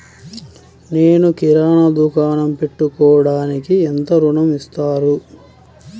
నేను కిరాణా దుకాణం పెట్టుకోడానికి ఎంత ఋణం ఇస్తారు?